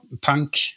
punk